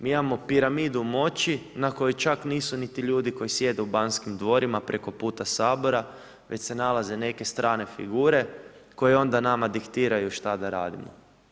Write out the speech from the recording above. Mi imamo piramidu moći, na kojoj čak nisu niti ljudi koji sjede u Banskim dvorima preko puta Sabora, već se nalaze neke strane figure, koje onda nama diktiraju šta da rade.